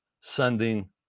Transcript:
sending